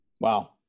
Wow